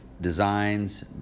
designs